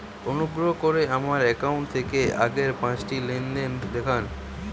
অনুগ্রহ করে আমার অ্যাকাউন্ট থেকে আগের পাঁচটি লেনদেন দেখান